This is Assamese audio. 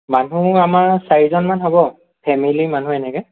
মানুহ আমাৰ চাৰিজনমান হ'ব ফেমিলি মানুহ এনেকৈ